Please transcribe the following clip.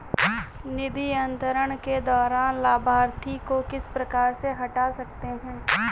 निधि अंतरण के दौरान लाभार्थी को किस प्रकार से हटा सकते हैं?